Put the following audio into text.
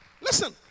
Listen